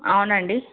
అవునండీ